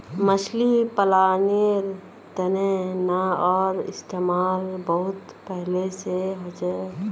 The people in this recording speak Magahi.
मछली पालानेर तने नाओर इस्तेमाल बहुत पहले से होचे